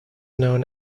known